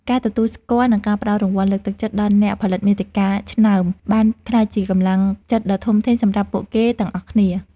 ការទទួលស្គាល់ និងការផ្ដល់រង្វាន់លើកទឹកចិត្តដល់អ្នកផលិតមាតិកាលឆ្នើមបានក្លាយជាកម្លាំងចិត្តដ៏ធំធេងសម្រាប់ពួកគេទាំងអស់គ្នា។